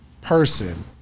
person